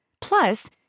Plus